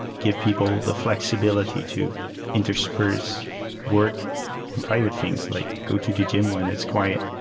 give people the fl exibility to intersperse work and private things, like go to the gym when it's quiet.